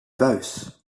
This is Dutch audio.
buis